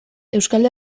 euskal